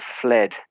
fled